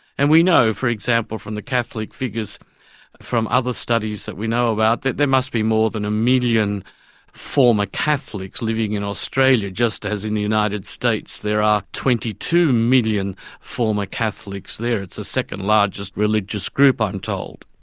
and we know, for example, from the catholic figures from other studies that we know about that there must be more than one million former catholics living in australia just as in the united states there are twenty two million former catholics there. it's the second largest religious group, i'm told.